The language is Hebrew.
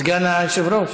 סגן היושב-ראש?